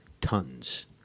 tons